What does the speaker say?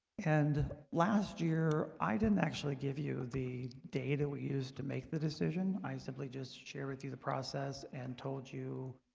and last year i didn't actually give you the data we used to make the decision i simply just share with you the process and told you